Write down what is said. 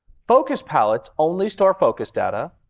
focus palettes only store focus data,